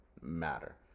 matter